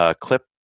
clip